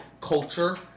culture